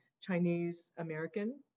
Chinese-American